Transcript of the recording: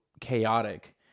chaotic